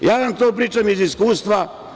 Ja to pričam iz iskustva.